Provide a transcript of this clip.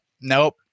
Nope